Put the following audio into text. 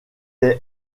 est